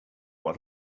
what